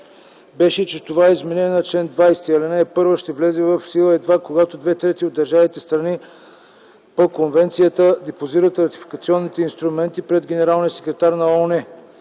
беше, че това изменение на чл. 20, ал. 1 ще влезе в сила едва когато две трети от държавите – страни по конвенцията, депозират ратификационните инструменти пред Генералния секретар на ООН.